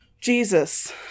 jesus